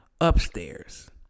upstairs